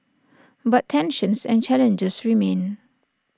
but tensions and challenges remain